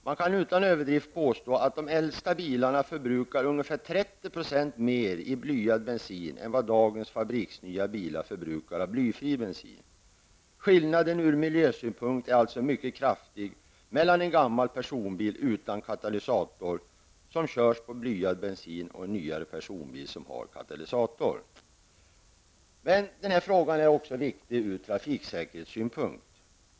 Man kan utan överdrift påstå att de äldsta bilarna förbrukar ungefär 30 % mer av blyad bensin än vad dagens fabriksnya bilar förbrukar av blyfribensin. Skillnaden ur miljösynpunkt är alltså mycket kraftig mellan en gammal personbil utan katalysator, som körs på blyad bensin, och en nyare personbil som har katalysator. Denna fråga är också viktig ur trafiksäkerhetssynpunkt.